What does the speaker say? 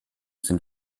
sind